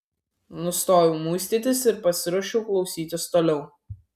nustojau muistytis ir pasiruošiau klausytis toliau